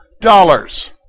dollars